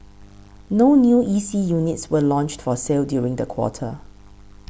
no new E C units were launched for sale during the quarter